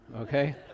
Okay